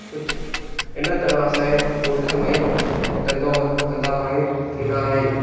कुझु इन तरह सां गोठु में धंधो पाणी धंधा पाणी थींदा आहिनि